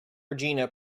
regina